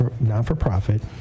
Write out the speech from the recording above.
non-for-profit